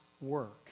work